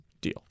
deal